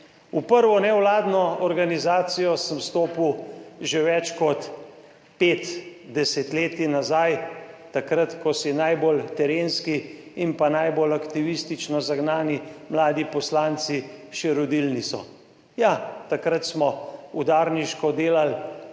V prvo nevladno organizacijo sem stopil že več kot pet desetletij nazaj, takrat, ko si najbolj terenski in pa najbolj aktivistično zagnani mladi poslanci še rodil niso. Ja, takrat smo udarniško delali